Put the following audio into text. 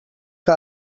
que